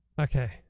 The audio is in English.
Okay